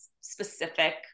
specific